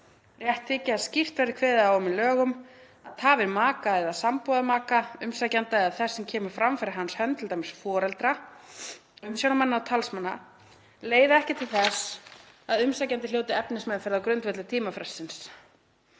Rétt þyki að skýrt verði kveðið á um í lögum að tafir maka eða sambúðarmaka umsækjanda eða þess sem kemur fram fyrir hans hönd, t.d. foreldra, umsjónarmanna og talsmanna, leiði ekki til þess að umsækjandi hljóti efnismeðferð á grundvelli tímafrestsins